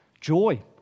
joy